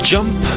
Jump